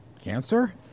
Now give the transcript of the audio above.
cancer